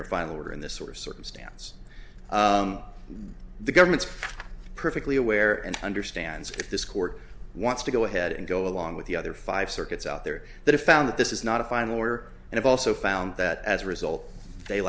a final order in this or circumstance the government's perfectly aware and understands if this court wants to go ahead and go along with the other five circuits out there that if found that this is not a final order and i've also found that as a result they